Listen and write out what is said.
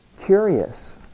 curious